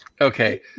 Okay